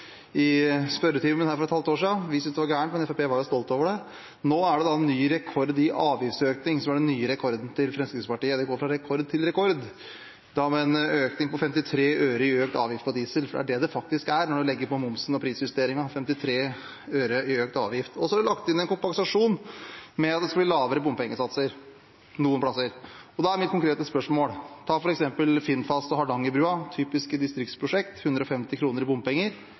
i spørretimen her for et halvt år siden. Vi syntes det var gærent, men Fremskrittspartiet var stolt over det. Nå er det ny rekord i avgiftsøkning som er den nye rekorden til Fremskrittspartiet. Det går fra rekord til rekord, nå med en økning på 53 øre i avgift på diesel, for det er det det faktisk er når man legger på momsen og prisjusteringen – 53 øre i økt avgift. Så er det lagt inn en kompensasjon ved at det skal bli lavere bompengesatser noen plasser. Mitt konkrete spørsmål er da: Hvis man tar f.eks. Finnfast og Hardangerbrua, som er typiske distriktsprosjekt med 150 kr i bompenger,